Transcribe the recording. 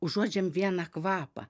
užuodžiam vieną kvapą